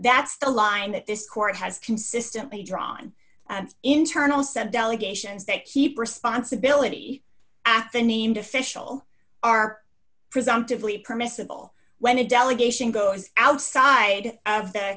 that's the line that this court has consistently drawn and internal said delegations that keep responsibility at the named official are presumptively permissible when a delegation goes outside of the